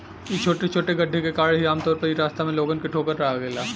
इ छोटे छोटे गड्ढे के कारण ही आमतौर पर इ रास्ता में लोगन के ठोकर लागेला